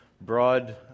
broad